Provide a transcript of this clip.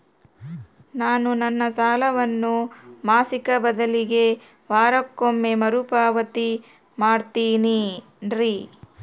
ನಾನು ನನ್ನ ಸಾಲವನ್ನು ಮಾಸಿಕ ಬದಲಿಗೆ ವಾರಕ್ಕೊಮ್ಮೆ ಮರುಪಾವತಿ ಮಾಡ್ತಿನ್ರಿ